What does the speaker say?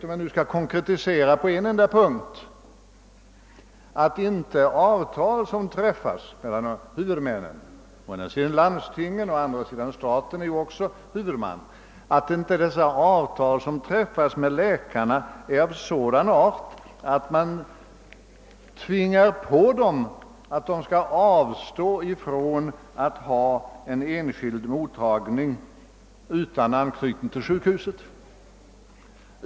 För att nu konkretisera med exempel på en enda punkt vill jag säga att det är angeläget att de avtal som huvudmännen — landstingen och staten — träffar med läkarna inte blir av sådan art att man tvingar läkarna att avstå från att ha en enskild mottagning utan anknytning till sjukhuset.